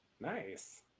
nice